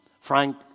Frank